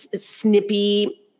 snippy